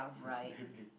I really